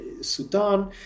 Sudan